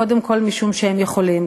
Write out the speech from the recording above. קודם כול משום שהם יכולים,